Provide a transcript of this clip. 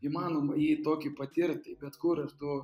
įmanoma jį tokį patirti bet kur ar tu